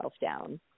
down